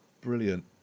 Brilliant